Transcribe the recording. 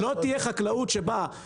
שר החקלאות ופיתוח הכפר עודד